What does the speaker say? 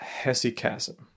hesychasm